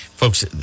Folks